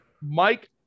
Mike